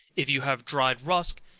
if you have dried rusk,